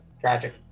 Tragic